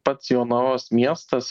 pats jonavos miestas